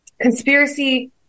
conspiracy